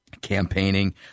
campaigning